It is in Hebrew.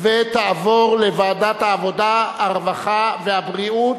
ותעבור לוועדת העבודה, הרווחה והבריאות.